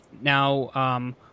Now –